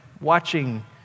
watching